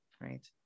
right